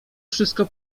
wszystko